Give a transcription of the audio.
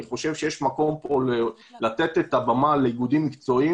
אני חושב שיש מקום לתת את הבמה לאיגודים מקצועיים